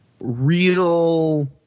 real